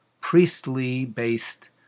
priestly-based